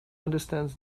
understands